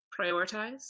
prioritize